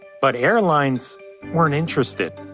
but airlines weren't interested.